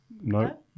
No